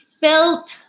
felt